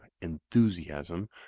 enthusiasm